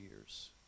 years